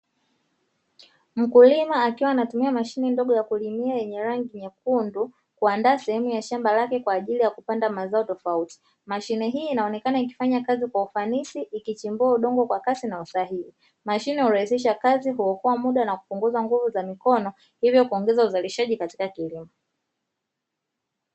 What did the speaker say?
Mkulima akiwa anatumia mashine ndogo ya kulimia yenye rangi nyekundu, kuandaa sehemu ya shamba lake kwaajili ya kupanda mazao tofauti, mashine hiii inaonekana ikifanya kazi kwa ufanisi ikichimbua udongo kwa kasi na usahihi, mashine hurahisisha kazi, kuokoa mda na kupunguza nguvu za mikono hivyo kuongeza uzalishaji katika kilimo.